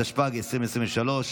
התשפ"ג 2023,